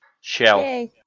Shell